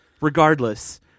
regardless